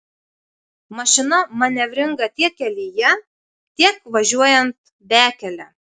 mašina manevringa tiek kelyje tiek važiuojant bekele